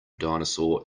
dinosaur